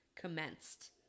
commenced